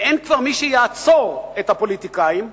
וכבר אין מי שיעצור את הפוליטיקאים.